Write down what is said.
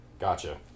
gotcha